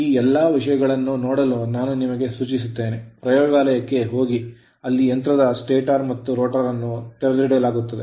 ಈ ಎಲ್ಲಾ ವಿಷಯಗಳನ್ನು ನೋಡಲು ನಾನು ನಿಮಗೆ ಸೂಚಿಸುತ್ತೇನೆ ಪ್ರಯೋಗಾಲಯಕ್ಕೆ ಹೋಗಿ ಅಲ್ಲಿ ಯಂತ್ರದ stator ಮತ್ತು rotor ಅನ್ನು ತೆರೆದಿಡಲಾಗುತ್ತದೆ